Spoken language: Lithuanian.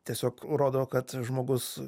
tiesiog rodo kad žmogus